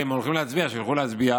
אם הם הולכים להצביע, שילכו להצביע.